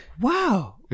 Wow